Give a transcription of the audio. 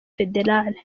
fédéral